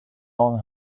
own